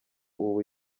ubu